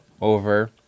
over